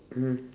mm